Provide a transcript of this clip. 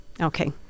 okay